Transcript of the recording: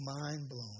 mind-blowing